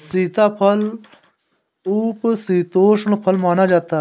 सीताफल उपशीतोष्ण फल माना जाता है